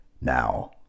Now